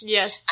Yes